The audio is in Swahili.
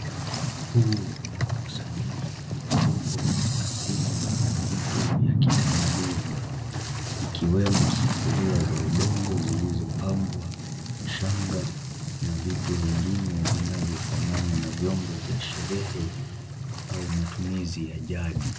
Huu ni mkusanyiko wa vyombo vya asili na vitu vya kitamaduni, ikiwemo sufuria za udongo zilizopangwa, shanga na vitu vingine vinavyofanana na vyombo vya sherehe au matumizi ya jadi.